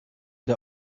der